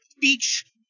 beach